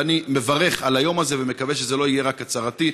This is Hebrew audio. ואני מברך על היום הזה ומקווה שזה לא יהיה רק הצהרתי,